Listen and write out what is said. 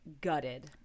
gutted